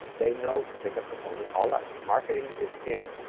they know to pick up the phone and call us. marketing is king.